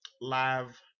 live